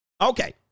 Okay